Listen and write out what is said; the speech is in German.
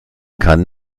kann